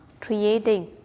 creating